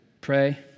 pray